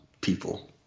people